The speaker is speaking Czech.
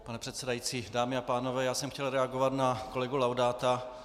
Pane předsedající, dámy a pánové, já jsem chtěl reagovat na kolegu Laudáta.